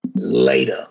Later